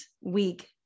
week